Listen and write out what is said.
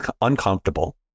uncomfortable